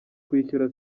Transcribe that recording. kwishyura